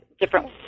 Different